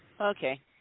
okay